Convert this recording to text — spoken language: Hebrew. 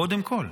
קודם כול,